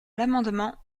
l’amendement